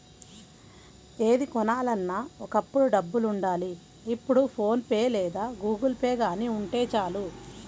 ఏది కొనాలన్నా ఒకప్పుడు డబ్బులుండాలి ఇప్పుడు ఫోన్ పే లేదా గుగుల్పే గానీ ఉంటే చాలు